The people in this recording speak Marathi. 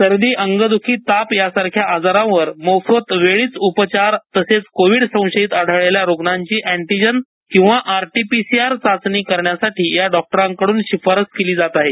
सर्दी अंगदुखी ताप यासारख्या आजारावर मोफत वेळीच औषध उपचार तसेच कोविड संशयीत आढळलेल्या रुग्णांची एं ंटीजेन किंवा आरटीपीसीआर चाचणी करण्यासाठी या डॉक्टरांकडून शिफारस केली जाते आहे